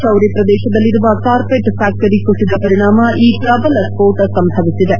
ಚೌರಿ ಪ್ರದೇಶದಲ್ಲಿರುವ carpet factory ಕುಸಿದ ಪರಿಣಾಮ ಈ ಪ್ರಬಲ ಸ್ವೋಟ ಸಂಭವಿಸಿದೆ